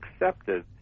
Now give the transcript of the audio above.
accepted